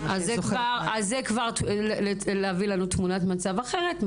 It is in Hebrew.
זה כבר להביא לנו תמונת מצב אחרת.